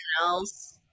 else